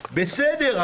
בסדר,